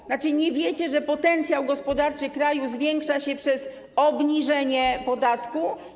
To znaczy nie wiecie, że potencjał gospodarczy kraju zwiększa się przez obniżenie podatku?